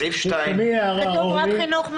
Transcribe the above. בסעיף 2. כתוב רק חינוך מיוחד.